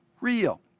real